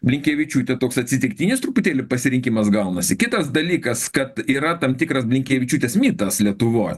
blinkevičiūtė toks atsitiktinis truputėlį pasirinkimas gaunasi kitas dalykas kad yra tam tikras blinkevičiūtės mitas lietuvoj